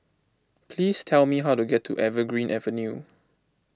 please tell me how to get to Evergreen Avenue